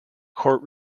court